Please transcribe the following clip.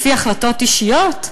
לפי החלטות אישיות?